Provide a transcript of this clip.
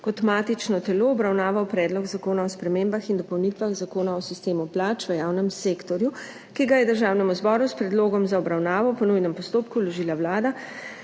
kot matično telo obravnaval Predlog zakona o spremembah in dopolnitvah Zakona o sistemu plač v javnem sektorju, ki ga je Državnemu zboru s predlogom za obravnavo po nujnem postopku vložila Vlada